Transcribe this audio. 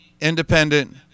independent